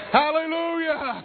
hallelujah